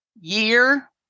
year